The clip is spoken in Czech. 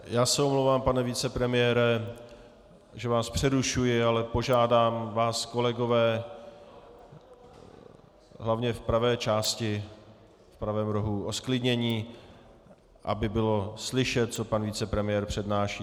Já se omlouvám, pane vicepremiére, že vás přerušuji, ale požádám vás, kolegové, hlavně v pravé části o zklidnění, aby bylo slyšet, co pan vicepremiér přednáší.